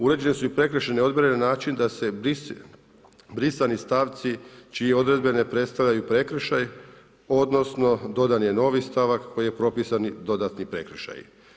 Uređene su i prekršajne odredbe na način da se brisani stavci čije odredbe ne predstavljaju prekršaj, odnosno dodan je novi stavak koji je propisan dodatni prekršaji.